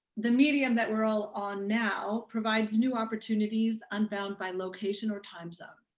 the medium that we're all on now provides new opportunities unbound by location or time zone.